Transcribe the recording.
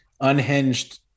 unhinged